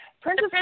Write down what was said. Princess